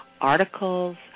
articles